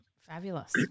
Fabulous